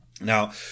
Now